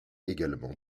également